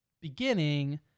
beginning